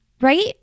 right